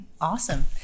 Awesome